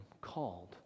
called